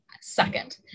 second